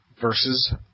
versus